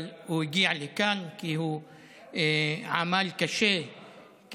אבל הוא הגיע לכאן כי הוא עמל קשה כדי